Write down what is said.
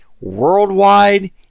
Worldwide